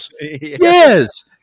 yes